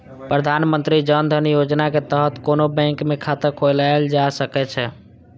प्रधानमंत्री जन धन योजनाक तहत कोनो बैंक मे खाता खोलाएल जा सकै छै